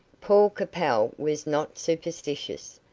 paul capel was not superstitious,